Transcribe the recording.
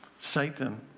Satan